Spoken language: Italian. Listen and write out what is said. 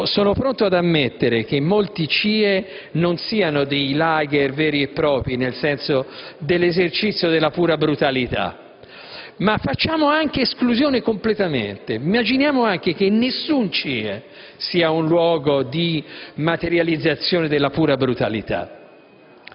Sono pronto ad ammettere che molti CIE non siano *lager* veri e propri, nel senso dell'esercizio della pura brutalità. Ma facciamone anche esclusione completamente e immaginiamo che nessun CIE sia un luogo di materializzazione della pura brutalità.